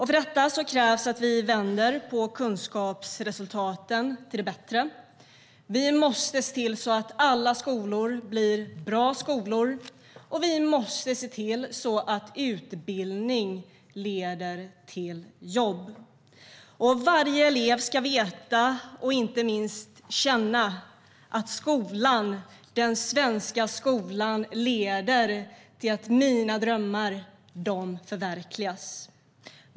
För detta krävs att vi vänder kunskapsresultaten till det bättre. Vi måste se till att alla skolor blir bra skolor, och vi måste se till att utbildning leder till jobb. Varje elev ska veta och inte minst känna att den svenska skolan leder till att ens drömmar förverkligas.